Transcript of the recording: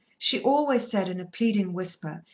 she always said in a pleading whisper,